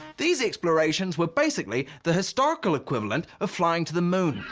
these explorations were basically the historical equivalent of flying to the moon,